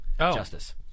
justice